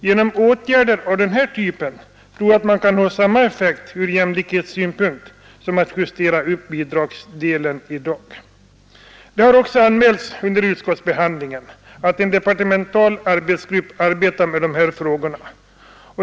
Genom åtgärder av den här typen tror jag att man kan nå samma effekt ur jämlikhetssynpunkt som att justera upp bidragsdelen i dag. Det har också anmälts under utskottsbehandlingen att en departemental arbetsgrupp arbetar med de här frågorna.